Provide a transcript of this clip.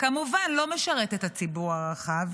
כמובן לא משרת את הציבור הרחב